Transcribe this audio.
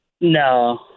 No